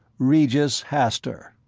regis hastur.